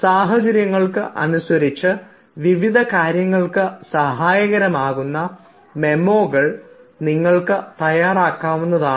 സാഹചര്യങ്ങൾക്ക് അനുസരിച്ച് വിവിധ കാര്യങ്ങൾക്ക് സഹായകരമാകുന്ന മെമ്മോകൾ നിങ്ങൾക്ക് തയ്യാറാക്കാവുന്നതാണ്